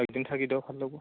একদিন থাকি দিয়া ভাল লাগিব